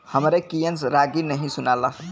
हमरे कियन रागी नही सुनाला